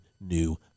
New